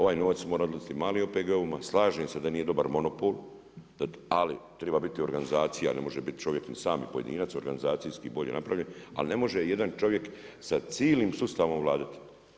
Ovaj novac mora odlaziti malim OPG-ovima, slažem se da nije dobar monopol, ali treba biti organizacija, ne može biti čovjek ni sam pojedinac, organizacijski bolje napravljen, ali ne može jedan čovjek sa cijelim sustavom vladati.